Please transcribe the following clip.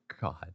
God